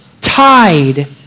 tied